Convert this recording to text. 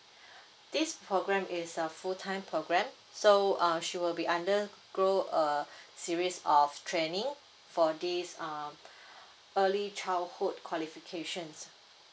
this programme is a full time programme so uh she will be undergo a series of training for this um early childhood qualifications